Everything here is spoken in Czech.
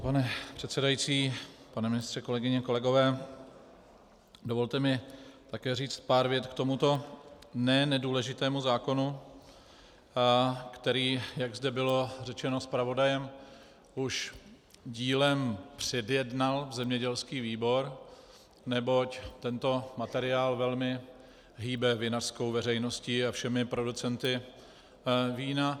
Pane předsedající, pane ministře, kolegyně, kolegové, dovolte mi také říct pár vět k tomuto ne nedůležitému zákonu, který, jak zde bylo řečeno zpravodajem, už dílem předjednal zemědělský výbor, neboť tento materiál velmi hýbe vinařskou veřejností a všemi producenta vína.